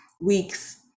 weeks